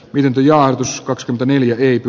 virpi ja uskoo x neljä eetu